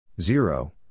Zero